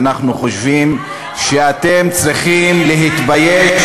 ואנחנו חושבים שאתם צריכים להתבייש,